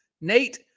Nate